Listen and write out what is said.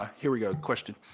ah here we go, question?